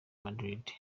madrid